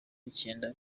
byenda